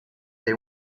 they